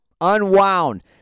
unwound